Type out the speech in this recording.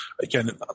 Again